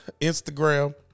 Instagram